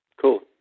Cool